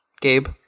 Gabe